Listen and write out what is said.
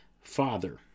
Father